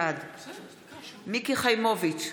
בעד מיקי חיימוביץ'